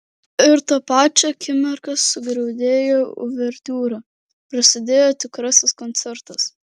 ir tą pačią akimirką sugriaudėjo uvertiūra prasidėjo tikrasis koncertas